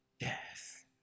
yes